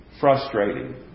frustrating